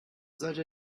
sollte